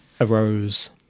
arose